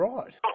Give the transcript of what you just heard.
Right